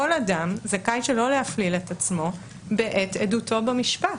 כל אדם זכאי שלא להפליל את עצמו בעת עדותו במשפט.